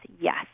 yes